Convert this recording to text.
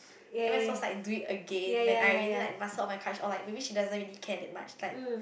am I supposed to like do it again when I already like mustered all my courage or like maybe she doesn't really care that much like